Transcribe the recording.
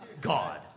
God